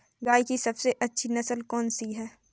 गाय की सबसे अच्छी नस्ल कौनसी है?